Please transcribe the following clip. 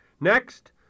Next